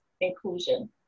inclusion